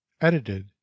edited